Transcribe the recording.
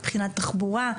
מבחינת תחבורה.